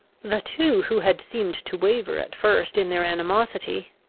the two who had seemed to waver at first in their animosity,